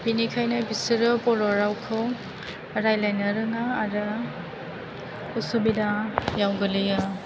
बिनिखायनो बिसोरो बर' रावखौ रायलायनो रोङा आरो उसुबिदायाव गोलैयो